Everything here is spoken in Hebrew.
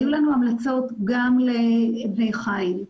היו לנו המלצות גם לבני חיל,